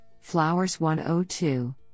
Flowers-102